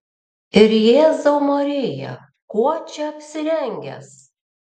ir jėzau marija kuo čia apsirengęs